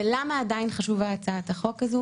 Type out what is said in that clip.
ולמה עדיין חשובה הצעת החוק הזאת?